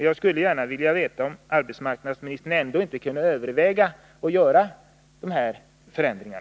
Jag skulle gärna vilja veta om arbetsmarknadsministern ändå inte kunde överväga att göra dessa förändringar.